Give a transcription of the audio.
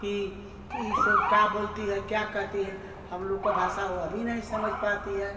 कि कि यह सब क्या बोलती है क्या कहती है हमलोग की भाषा वह भी नहीं समझ पाती है